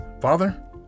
Father